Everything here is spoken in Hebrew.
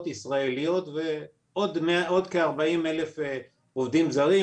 ישראליות ועוד כארבעים אלף עובדים זרים,